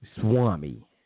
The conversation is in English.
swami